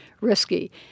risky